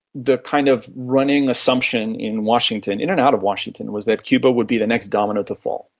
the kind of running assumption in washington, in and out of washington, was that cuba would be the next domino to fall.